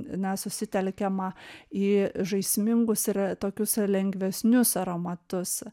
na susitelkiama į žaismingus ir tokius lengvesnius aromatus